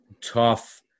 tough